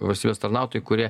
valstybės tarnautojai kurie